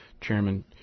Chairman